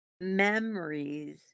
Memories